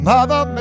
Mother